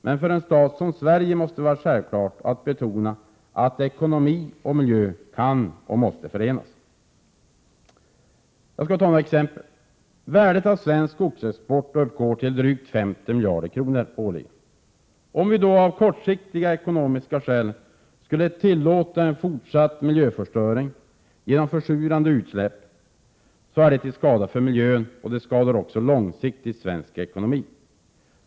Men för en stat som Sverige måste det vara självklart att betona att ekonomi och miljö kan och måste förenas. Jag skall ta några exempel. Värdet av svensk skogsexport uppgår till drygt 50 miljarder kronor årligen. Om vi av kortsiktiga ekonomiska skäl skulle tillåta en fortsatt miljöförstöring genom försurande utsläpp, vore det till skada för miljön. Det skulle också långsiktigt skada svensk ekonomi.